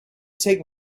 take